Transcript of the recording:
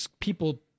people